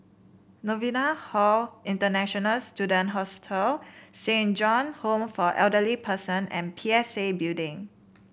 Novena Hall International Students Hostel Saint John's Home for Elderly Persons and P S A Building